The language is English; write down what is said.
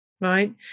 right